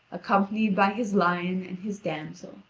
accompanied by his lion and his damsel.